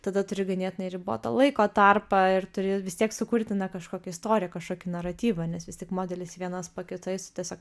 tada turi ganėtinai ribotą laiko tarpą ir turi vis tiek sukurti na kažkokią istoriją kažkokį naratyvą nes vis tik modelis vienas po kito jis tiesiog